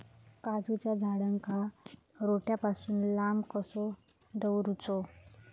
काजूच्या झाडांका रोट्या पासून लांब कसो दवरूचो?